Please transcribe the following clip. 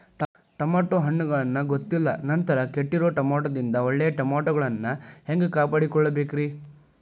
Tomato ಹಣ್ಣುಗಳನ್ನ ಗೊತ್ತಿಲ್ಲ ನಂತರ ಕೆಟ್ಟಿರುವ ಟಮಾಟೊದಿಂದ ಒಳ್ಳೆಯ ಟಮಾಟೊಗಳನ್ನು ಹ್ಯಾಂಗ ಕಾಪಾಡಿಕೊಳ್ಳಬೇಕರೇ?